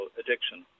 addiction